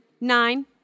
Nine